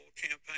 campaign